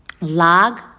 log